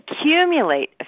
accumulate